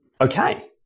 Okay